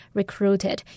recruited